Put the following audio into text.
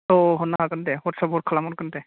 बेखौ हरनो हागोन दे व्हाट्सेप आव खालामहरगोन दे